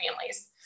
families